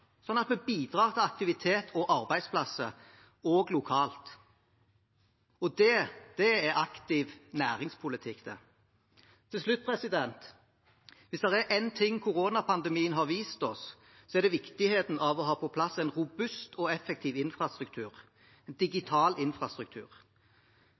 sånn at vi bidrar til aktivitet og arbeidsplasser også lokalt. Det er aktiv næringspolitikk, det. Til slutt: Hvis det er én ting koronapandemien har vist oss, er det viktigheten av å ha på plass en robust og effektiv infrastruktur, en